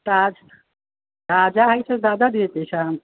तजा ताजा होयसँ जादा दियै पैसा हम